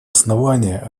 основания